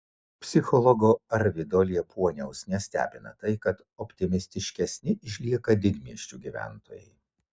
psichologo arvydo liepuoniaus nestebina tai kad optimistiškesni išlieka didmiesčių gyventojai